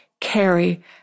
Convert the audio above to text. carry